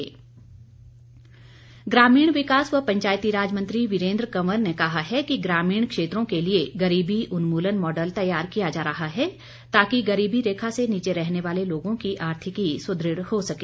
वीरेंद्र कंवर ग्रामीण विकास व पंचायतीराज मंत्री वीरेन्द्र कंवर ने कहा है कि ग्रामीण क्षेत्रों के लिए गरीबी उन्मूलन मॉडल तैयार किया जा रहा है ताकि गरीबी रेखा से नीचे रहने वाले लोगों की आर्थिकी सुद्रढ़ हो सके